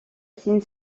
signe